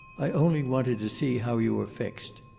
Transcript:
i only wanted to see how you are fixed.